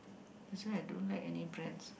that's why I don't like any brands